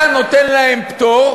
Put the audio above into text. אתה נותן להם פטור